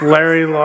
Larry